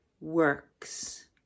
works